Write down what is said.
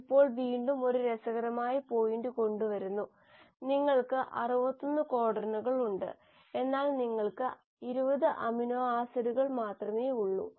ഇപ്പോൾ വീണ്ടും ഒരു രസകരമായ പോയിന്റ് കൊണ്ടുവരുന്നു നിങ്ങൾക്ക് 61 കോഡണുകൾ ഉണ്ട് എന്നാൽ നിങ്ങൾക്ക് 20 അമിനോ ആസിഡുകൾ മാത്രമേ ഉള്ളൂ